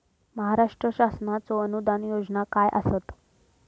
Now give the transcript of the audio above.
महाराष्ट्र शासनाचो अनुदान योजना काय आसत?